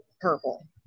purple